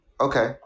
Okay